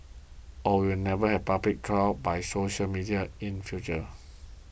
or we will never have public trials by social media in future